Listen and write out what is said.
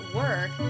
work